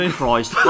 Christ